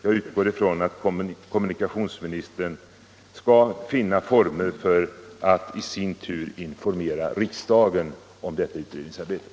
Jag utgår från att kommunikationsministern skall finna former för att i sin tur informera riksdagen om detta utredningsarbete.